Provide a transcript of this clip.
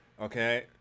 Okay